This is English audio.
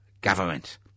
government